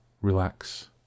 relax